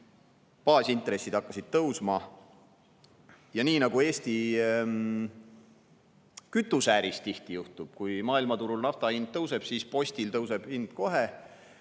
baasintressid hakkasid tõusma. Nagu Eesti kütuseäris tihti juhtub, kui maailmaturul nafta hind tõuseb, siis postil tõuseb hind kohe,